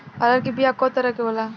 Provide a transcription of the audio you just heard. अरहर के बिया कौ तरह के होला?